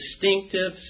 distinctive